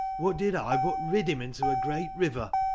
what did i but rid him into a great river?